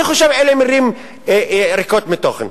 אלה מלים ריקות מתוכן.